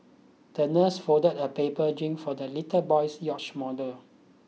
the nurse folded a paper for the little boy's yacht model